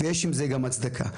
יש לזה גם הצדקה.